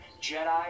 Jedi